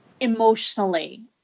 emotionally